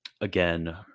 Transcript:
again